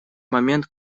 момент